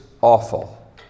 awful